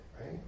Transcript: right